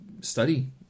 study